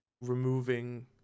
removing